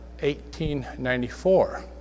1894